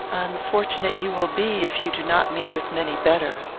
unfortunate you will be, if you do not meet with many better.